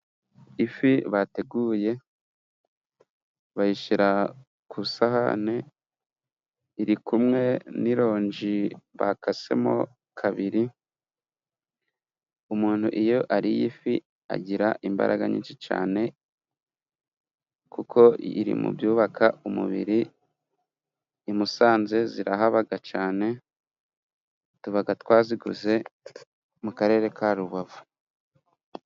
Ifi bateguye bayishyira ku isahane irikumwe n'ironji bakasemo kabiri. umuntu iyo ariye ifi, agira imbaraga nyinshi cyane kuko iri mu byubaka umubiri. I musanze zirahabaga cane kuko tubaga twaziguze mu karere ka Rubavu.